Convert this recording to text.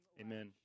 amen